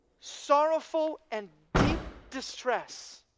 sorrowful and deep distress,